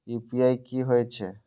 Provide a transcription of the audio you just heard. UPI की होई छै?